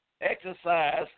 exercise